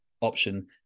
option